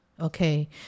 okay